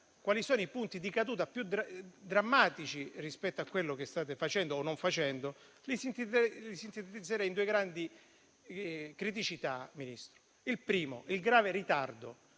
quali sono i punti di caduta più drammatici rispetto a quello che state facendo o no, li sintetizzerei in due grandi criticità. La prima è il grave ritardo